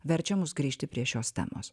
verčia mus grįžti prie šios temos